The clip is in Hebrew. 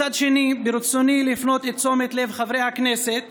מצד שני, ברצוני להפנות את תשומת לב חברי הכנסת